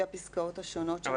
הפסקאות השונות שאנחנו מציעים למחוק?